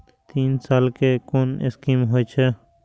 तीन साल कै कुन स्कीम होय छै?